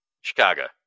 Chicago